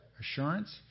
assurance